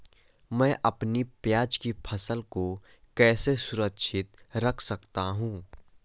मैं अपनी प्याज की फसल को कैसे सुरक्षित रख सकता हूँ?